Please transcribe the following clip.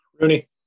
Rooney